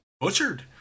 butchered